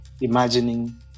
imagining